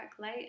late